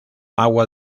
agua